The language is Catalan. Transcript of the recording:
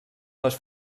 les